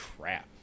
crap